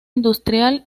industrial